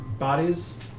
Bodies